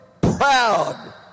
proud